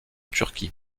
turquie